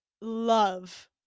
love